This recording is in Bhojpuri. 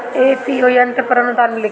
एफ.पी.ओ में यंत्र पर आनुदान मिँली?